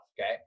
okay